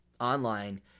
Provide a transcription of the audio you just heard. online